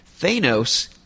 Thanos